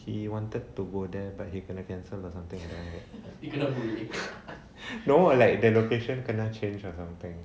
he wanted to go there but dia kena cancel or something you know no like the location kena change or something